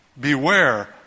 Beware